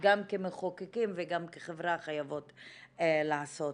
גם כמחוקקים וגם כחברה חייבות לעשות.